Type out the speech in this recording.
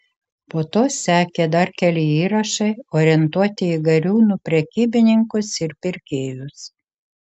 po to sekė dar keli įrašai orientuoti į gariūnų prekybininkus ir pirkėjus